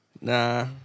Nah